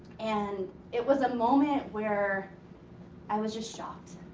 and it was a moment where i was just shocked.